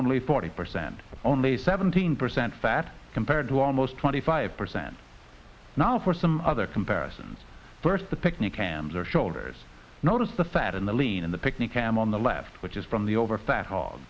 only forty percent only seventeen percent fat compared to almost twenty five percent now for some other comparisons first the picnic hands are shoulders notice the fat in the lean in the picnic cam on the left which is from the over fat